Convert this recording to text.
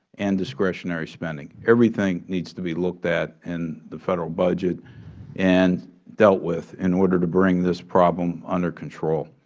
and discretionary spending. everything needs to be looked at in the federal budget and dealt with in order to bring this problem under control.